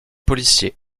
policiers